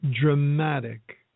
dramatic